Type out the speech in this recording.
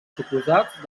suposats